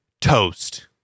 toast